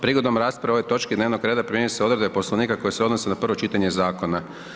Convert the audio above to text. Prigodom rasprave o ovoj točki dnevnog reda primjenjuju se odredbe Poslovnika koje se odnose na prvo čitanje zakona.